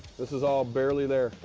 this is all barely there.